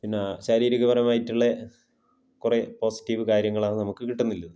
പിന്നെ ശാരീരികപരമായിട്ടുള്ള കുറേ പോസിറ്റീവ് കാര്യങ്ങളാണ് നമുക്ക് കിട്ടുന്നുള്ളത്